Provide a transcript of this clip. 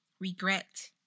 regret